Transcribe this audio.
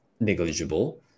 negligible